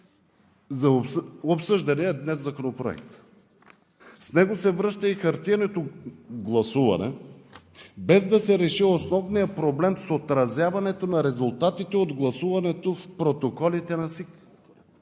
обсъждания днес законопроект. С него се връща и хартиеното гласуване, без да се реши основният проблем с отразяването на резултатите от гласуването в протоколите на СИК,